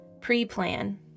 Pre-plan